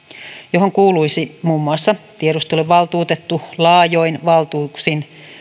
johon kuuluisi muun muassa tiedusteluvaltuutettu laajoin valtuuksin